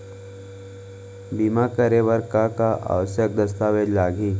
बीमा करे बर का का आवश्यक दस्तावेज लागही